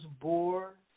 bore